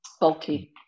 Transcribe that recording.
bulky